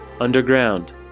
Underground